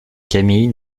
camille